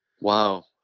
Wow